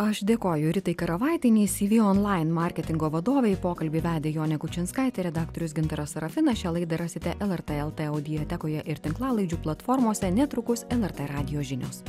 aš dėkoju ritai karavaitienei cv onlaine marketingo vadovei pokalbį vedė jonė kučinskaitė redaktorius gintaras sarafinas šią laidą rasite lrt el t audiotekoje ir tinklalaidžių platformose netrukus lrt radijo žinios